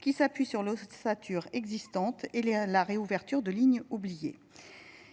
qui s'appuie sur l'ossature existante et la réouverture de lignes oubliées,